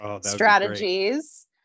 strategies